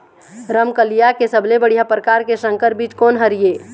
रमकलिया के सबले बढ़िया परकार के संकर बीज कोन हर ये?